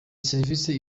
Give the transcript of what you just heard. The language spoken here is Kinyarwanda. serivisi